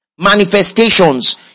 manifestations